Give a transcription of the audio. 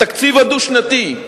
התקציב הדו-שנתי,